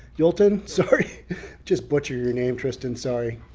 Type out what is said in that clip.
yoltan sorry just butchered your name tristan sorry.